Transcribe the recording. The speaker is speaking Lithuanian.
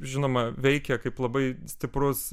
žinoma veikia kaip labai stiprus